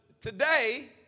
today